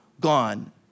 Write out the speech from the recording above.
gone